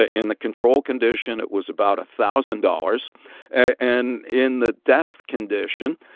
ah in the control condition, it was about a thousand dollars and, in the death condition,